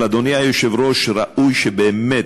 אבל, אדוני היושב-ראש, ראוי שבאמת,